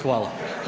Hvala.